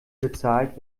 bezahlt